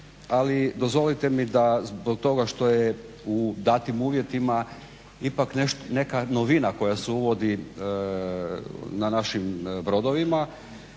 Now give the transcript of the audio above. ali dozvolite mi zbog toga što je u datim uvjetima ipak neka novina koja se uvodi na našim brodovima.